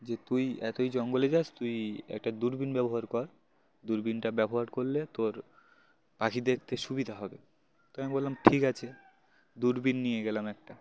যে তুই এতই জঙ্গলে যাস তুই একটা দূরবীন ব্যবহার কর দূরবিনটা ব্যবহার করলে তোর পাখি দেখতে সুবিধা হবে তো আমি বললাম ঠিক আছে দূরবিন নিয়ে গেলাম একটা